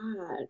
God